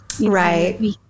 Right